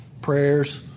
Prayers